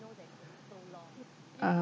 uh